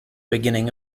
beginning